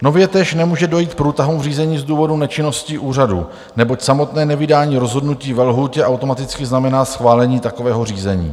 Nově též nemůže dojít k průtahům v řízení z důvodu nečinnosti úřadu, neboť samotné nevydání rozhodnutí ve lhůtě automaticky znamená schválení takového řízení.